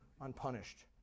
unpunished